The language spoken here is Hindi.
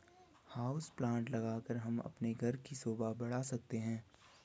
हाउस प्लांट लगाकर हम अपने घर की शोभा बढ़ा सकते हैं